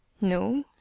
No